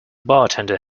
bartender